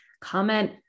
comment